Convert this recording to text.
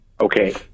Okay